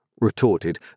retorted